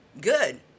good